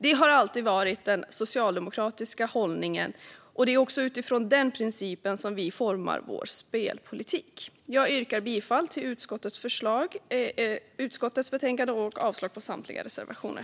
Det har alltid varit den socialdemokratiska hållningen, och det är också utifrån den principen vi formar vår spelpolitik. Jag yrkar bifall till utskottets förslag och avslag på samtliga reservationer.